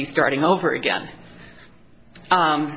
be starting over again